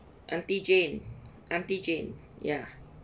auntie jane auntie jane ya